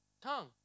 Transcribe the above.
tongue